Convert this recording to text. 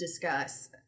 discuss